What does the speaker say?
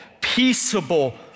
peaceable